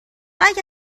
اگه